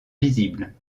visible